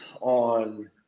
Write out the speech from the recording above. on